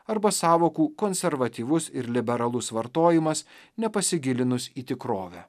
arba sąvokų konservatyvus ir liberalus vartojimas nepasigilinus į tikrovę